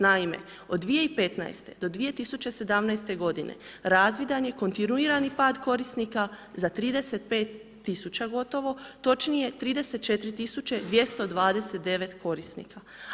Naime od 2015. do 2017. godine razvidan je kontinuirani pad korisnika za 35 tisuća gotovo, točnije 34 tisuće 229 korisnika.